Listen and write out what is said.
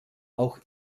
auch